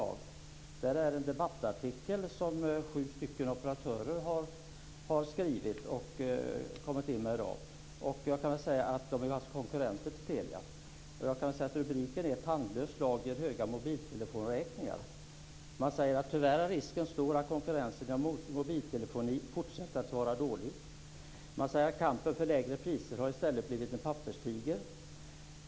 Där finns en debattartikel skriven av sju operatörer. De är konkurrenter till Telia. Rubriken är "Tandlös lag ger höga mobiltelefonräkningar". Man säger att "tyvärr är risken stor att konkurrensen inom mobiltelefoni fortsätter att vara dålig". Man säger att "kampen för lägre priser har i stället blivit en papperstiger.